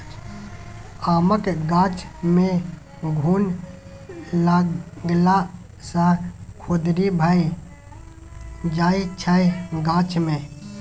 आमक गाछ मे घुन लागला सँ खोदरि भए जाइ छै गाछ मे